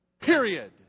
Period